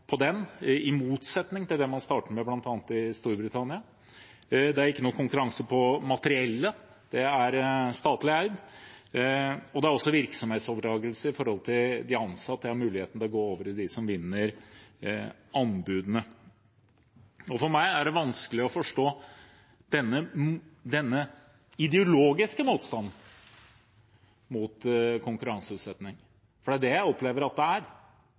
den, i motsetning til det man startet med bl.a. i Storbritannia. Det er ikke noe konkurranse på materiellet, det er statlig eid. Det er virksomhetsoverdragelse når det gjelder de ansatte – de har muligheten til å gå over til dem som vinner anbudene. For meg er det vanskelig å forstå denne ideologiske motstanden mot konkurranseutsetting, for det jeg opplever, er at nærmest uansett skal vi ikke konkurranseutsette. Det er